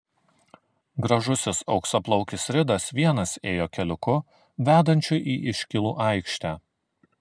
gražusis auksaplaukis ridas vienas ėjo keliuku vedančiu į iškylų aikštę